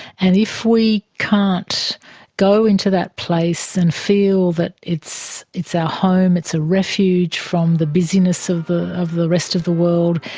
and if we can't go into that place and feel that it's it's our home, it's a refuge from the busyness of the of the rest of the world,